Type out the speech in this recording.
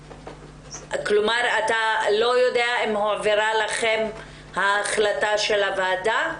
כלומר אתה לא יודע אם הועברה אליכם החלטה של הוועדה?